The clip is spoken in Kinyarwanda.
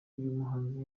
muhanzi